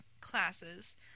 classes